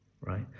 right